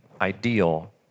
ideal